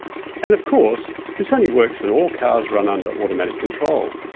and of course, this only works when all cars run under automatic control.